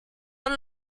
and